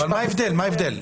מה ההבדל?